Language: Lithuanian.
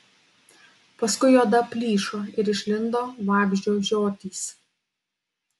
paskui oda plyšo ir išlindo vabzdžio žiotys